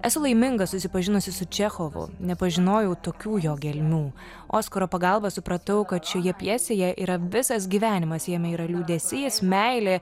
esu laiminga susipažinusi su čechovu nepažinojau tokių jo gelmių oskaro pagalba supratau kad šioje pjesėje yra visas gyvenimas jame yra liūdesys meilė